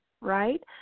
right